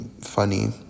funny